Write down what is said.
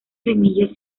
semillas